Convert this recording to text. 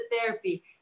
therapy